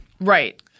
Right